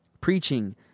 preaching